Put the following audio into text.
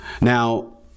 Now